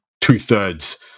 two-thirds